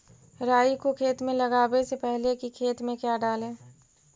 राई को खेत मे लगाबे से पहले कि खेत मे क्या डाले?